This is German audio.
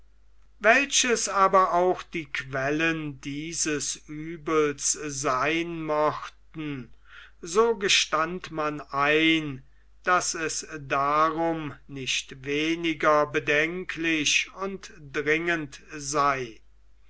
welches aber auch die quellen dieses uebels sein mochten so gestand man ein daß es darum nicht weniger bedenklich und dringend sei